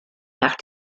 nach